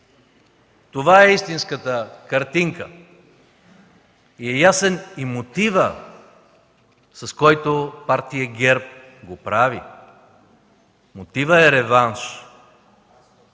Това е истинската картинка. И е ясен и мотивът, с който Партия ГЕРБ го прави. Мотивът е реванш.